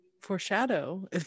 foreshadow